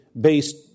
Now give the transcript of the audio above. based